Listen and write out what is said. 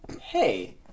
Hey